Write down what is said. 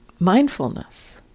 Mindfulness